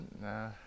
nah